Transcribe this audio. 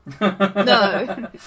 no